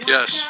Yes